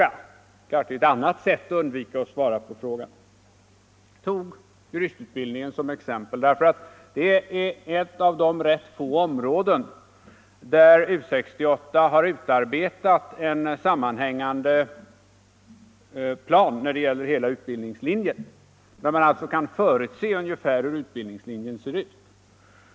Detta är, anser jag, bara ett sätt att undvika att svara på frågan! Jag tog juristutbildningen som exempel, eftersom detta är ett av de få områden där U 68 har utarbetat en sammanhängande plan för hela utbildningslinjen och där man alltså kan förutse ungefär hur utbildningslinjen ser ut.